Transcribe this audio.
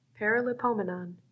Paralipomenon